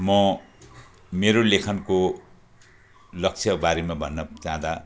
म मेरो लेखनको लक्ष्य बारेमा भन्न जाँदा